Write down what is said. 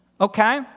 Okay